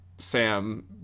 Sam